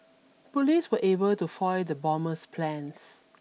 police were able to foil the bomber's plans